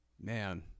Man